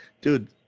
dude